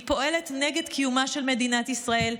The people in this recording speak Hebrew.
היא פועלת נגד קיומה של מדינת ישראל,